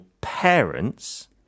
parents